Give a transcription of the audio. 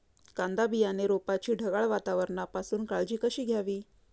कांदा बियाणे रोपाची ढगाळ वातावरणापासून काळजी कशी घ्यावी?